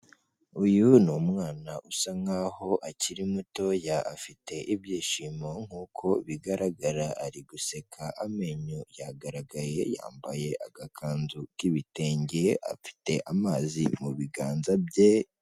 Uyu ni umwana usa nkaho akiri muto afite ibyishimo nkuko bigaragara, ari guseka amenyo yagaragaye, yambaye agakanzu k'ibitenge afite amazi mu biganza bye.